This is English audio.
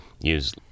use